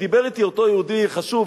כשדיבר אתי אותו יהודי חשוב,